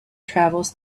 travels